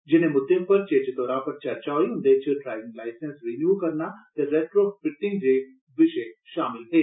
जिनें मुद्दे पर चेचे तौरा पर चर्चा होई उन्दे च ड्राइविंग लाइसैंस रिन्यू कराना रेटरोफिटिंग जनेह् विशय षामल हे